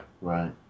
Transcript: Right